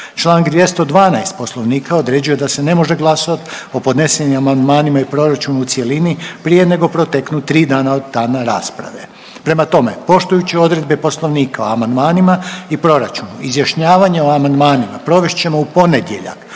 Čl. 212. Poslovnika određuje da se ne može glasovati o podnesenim amandmanima i proračunu u cjelini prije nego proteknu 3 dana od dana rasprave. Prema tome, poštujući odredbe Poslovnika o amandmanima i proračunu, izjašnjavanje o amandmanima provest ćemo u ponedjeljak,